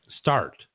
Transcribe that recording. Start